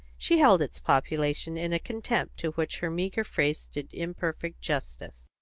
she held its population in a contempt to which her meagre phrase did imperfect justice.